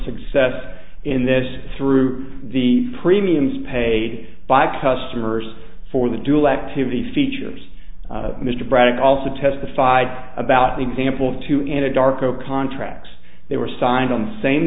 success in this through the premiums paid by customers for the dual activity features mr braddock also testified about the example to anadarko contracts they were signed on the same